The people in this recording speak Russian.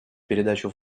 передачу